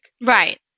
Right